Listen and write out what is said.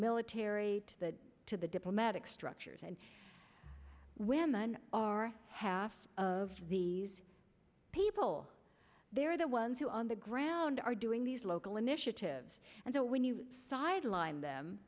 military to the diplomatic structures and women are half of these people they're the ones who on the ground are doing these local initiatives and so when you sideline them